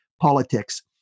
politics